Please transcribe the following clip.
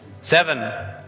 Seven